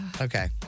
Okay